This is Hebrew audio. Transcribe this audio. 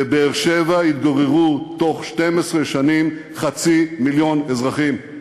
בבאר-שבע יתגוררו בתוך 12 שנים חצי מיליון אזרחים.